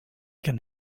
can